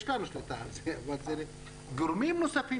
יש לנו שליטה על זה אבל זה גורמים נוספים